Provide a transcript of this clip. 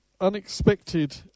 unexpected